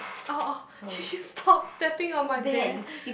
oh oh can you stop stepping on my bare